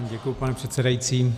Děkuji, pane předsedající.